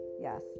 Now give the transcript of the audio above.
yes